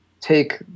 take